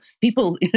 people